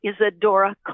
Isadora